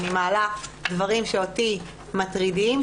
אני מעלה דברים שאותי מטרידים,